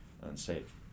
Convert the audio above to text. unsafe